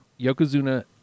Yokozuna